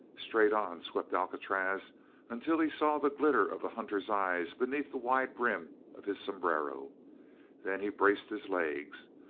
straight on swept alcatraz until he saw the glitter of the hunter's eyes beneath the wide brim of his sombrero then he braced his legs,